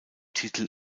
titel